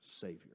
Savior